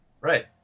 Right